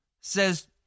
says